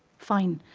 fine.